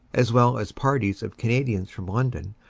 as well as parties of canadians from london,